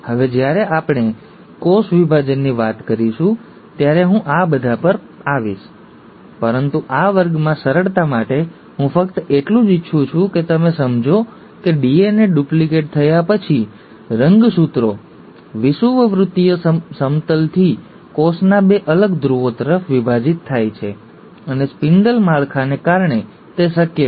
હવે જ્યારે આપણે કોષ વિભાજનની વાત કરીશું ત્યારે હું આ બધા પર આવીશ પરંતુ આ વર્ગમાં સરળતા માટે હું ફક્ત એટલું જ ઇચ્છું છું કે તમે સમજો કે ડીએનએ ડુપ્લિકેટ થયા પછી રંગસૂત્રો વિષુવવૃત્તીય સમતલથી કોષના બે અલગ ધ્રુવો તરફ વિભાજિત થાય છે અને સ્પિન્ડલ માળખાને કારણે તે શક્ય છે